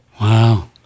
Wow